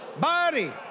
Body